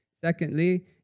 Secondly